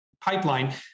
pipeline